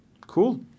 cool